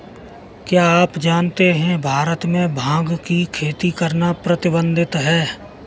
क्या आप जानते है भारत में भांग की खेती करना प्रतिबंधित है?